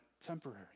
temporary